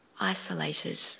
isolated